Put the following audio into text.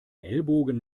ellbogen